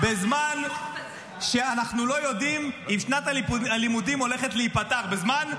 בזמן שאנחנו לא יודעים אם שנת הלימודים עומדת להיפתח בזמן,